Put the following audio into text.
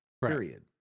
Period